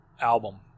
album